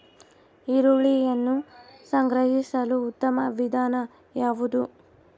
ಈರುಳ್ಳಿಯನ್ನು ಸಂಗ್ರಹಿಸಲು ಉತ್ತಮ ವಿಧಾನ ಯಾವುದು?